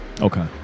Okay